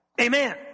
Amen